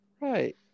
right